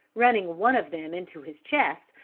running one of them into his chest,